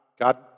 God